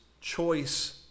choice